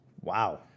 Wow